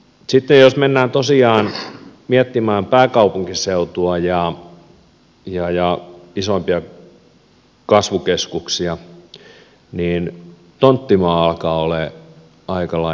sitten jos mennään tosiaan miettimään pääkaupunkiseutua ja isoimpia kasvukeskuksia niin tonttimaa alkaa olemaan aika lailla kortilla